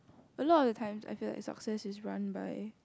a lot of the time I feel that success is run by